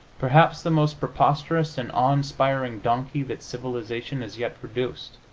perhaps the most preposterous and awe-inspiring donkey that civilization has yet produced.